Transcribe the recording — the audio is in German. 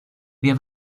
wir